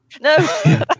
no